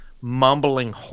mumbling